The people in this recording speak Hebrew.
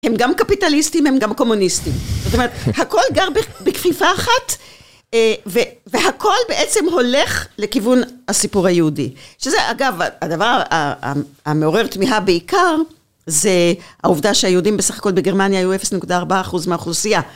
הם גם קפיטליסטים, הם גם קומוניסטים, זאת אומרת הכל גר בכפיפה אחת והכל בעצם הולך לכיוון הסיפור היהודי, שזה אגב הדבר המעורר תמיהה בעיקר זה העובדה שהיהודים בסך הכל בגרמניה היו 0.4 אחוז מהאוכלוסייה